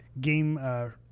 game